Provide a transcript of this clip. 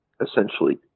essentially